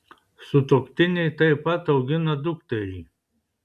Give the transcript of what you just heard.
sutuoktiniai taip pat augina dukterį